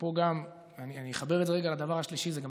ופה אני גם אחבר את זה לדבר השלישי: זה גם